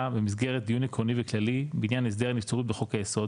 במסגרת דיון עקרוני וכללי בעניין הסדר הנבצרות בחוק היסוד,